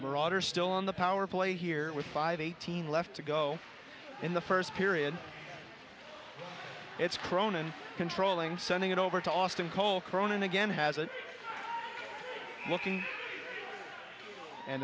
marauder still on the power play here with five eighteen left to go in the first period it's cronan controlling sending it over to austin cole cronin again has a booking and